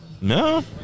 no